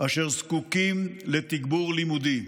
אשר זקוקים לתגבור לימודי.